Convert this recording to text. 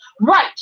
Right